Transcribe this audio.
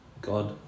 God